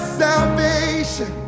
salvation